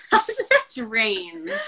strange